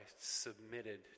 submitted